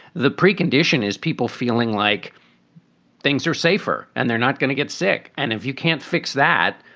the precondition is people feeling like things are safer and they're not going to get sick. and if you can't fix that,